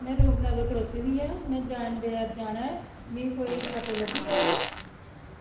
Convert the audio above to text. में रूप नगर खड़ोती दियां आं में जैन बजार जाना ऐ मी कोई आट्टो लब्भी जाह्ग